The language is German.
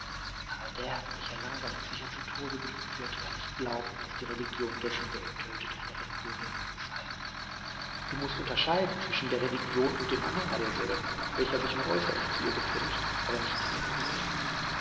aber der welcher langsam und sicher zu tode gedrückt wird kann nicht glauben daß die religion dessen der ihn tötet eine religion der liebe sei du mußt unterscheiden zwischen der religion und dem anhänger derselben welcher sich nur äußerlich zu ihr bekennt aber nicht nach ihr handelt